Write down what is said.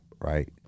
right